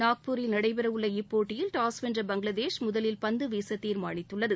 நாக்பூரில் நடைபெறவுள்ள இப்போட்டியில் டாஸ் வென்ற பங்களாதேஷ் முதலில் பந்து வீச தீர்மானித்துள்ளது